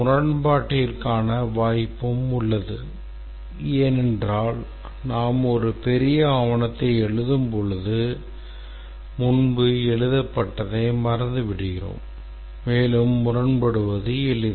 முரண்பாட்டிற்கான வாய்ப்பும் உள்ளது ஏனென்றால் நாம் ஒரு பெரிய ஆவணத்தை எழுதும்போது முன்பு எழுதப்பட்டதை மறந்துவிடுகிறோம் மேலும் முரண்படுவது எளிது